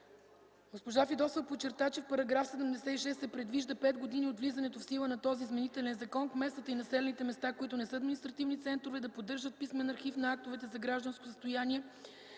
Госпожа Фидосова подчерта, че в § 76 се предвижда 5 години от влизането в сила на този изменителен закон кметствата и населените места, които не са административни центрове, да поддържат писмен архив на актовете за гражданско състояние,